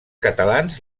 catalans